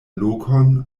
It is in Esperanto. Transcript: lokon